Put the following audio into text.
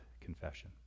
confession